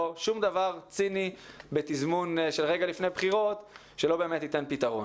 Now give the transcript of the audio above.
שום דבר ציני בתזמון של רגע לפני בחירות שלא באמת ייתן פתרון.